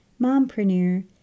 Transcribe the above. mompreneur